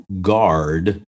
guard